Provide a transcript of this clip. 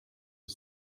are